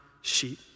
sheep